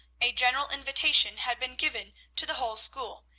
a general invitation had been given to the whole school,